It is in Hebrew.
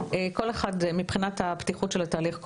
מבחינת הבטיחות של התהליך,